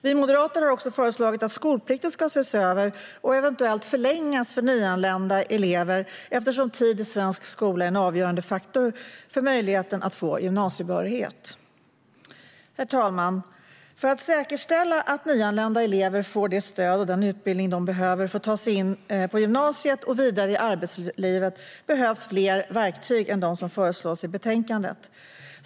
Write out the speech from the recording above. Vi moderater har också föreslagit att skolplikten ska ses över och eventuellt förlängas för nyanlända elever, eftersom tid i svensk skola är en avgörande faktor för möjligheten att få gymnasiebehörighet. Herr talman! För att säkerställa att nyanlända elever får det stöd och den utbildning de behöver för att ta sig in på gymnasiet och vidare i arbetslivet behövs fler verktyg än de som föreslås i betänkandet.